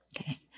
Okay